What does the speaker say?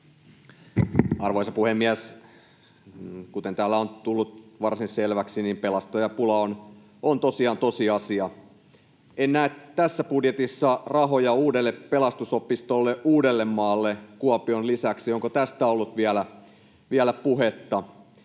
Arvoisa puhemies! Kuten täällä on tullut varsin selväksi, niin pelastajapula on tosiaan tosiasia. En näe tässä budjetissa rahoja uudelle pelastusopistolle Uudellemaalle Kuopion lisäksi. Onko tästä ollut vielä puhetta?